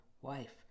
wife